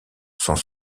sont